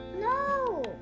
No